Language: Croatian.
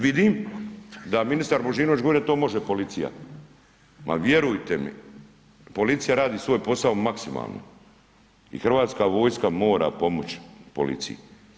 Vidim da ministar Božinović govori da to može policija, ali vjerujte mi policija radi svoj posao maksimalno i hrvatska vojska mora pomoći policiji.